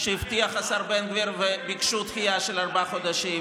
שהבטיח השר בן גביר וביקשו דחייה של ארבעה חודשים,